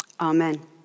Amen